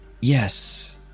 yes